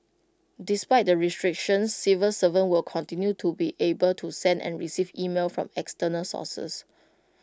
despite the restrictions civil servants will continue to be able to send and receive emails from external sources